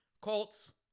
Colts